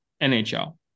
NHL